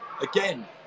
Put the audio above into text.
Again